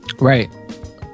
right